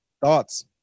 thoughts